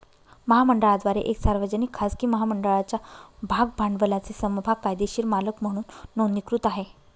महामंडळाद्वारे एक सार्वजनिक, खाजगी महामंडळाच्या भाग भांडवलाचे समभाग कायदेशीर मालक म्हणून नोंदणीकृत आहे